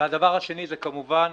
הדבר השני הוא, כמובן,